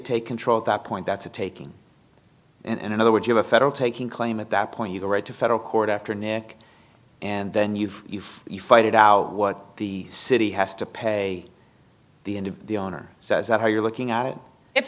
take control at that point that's a taking and in other words you're a federal taking claim at that point you go right to federal court after nick and then you've you fight it out what the city has to pay the end of the owner so is that how you're looking at it if